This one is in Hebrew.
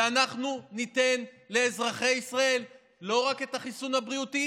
ואנחנו ניתן לאזרחי ישראל לא רק את החיסון הבריאותי,